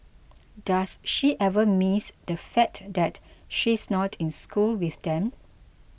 does she ever miss the fact that she is not in school with them